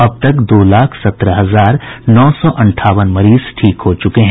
अब तक दो लाख सत्रह हजार नौ सौ अंठावन मरीज ठीक हो चुके हैं